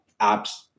apps